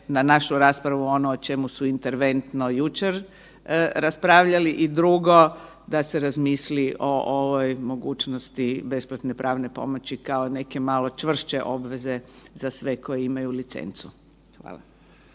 na našu raspravu ono o čemu su interventno jučer raspravljali i drugo, da se razmisli o ovoj mogućnosti besplatne pravne pomoći kao neke malo čvršće obveze za sve koji imaju licencu. Hvala.